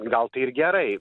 gal tai ir gerai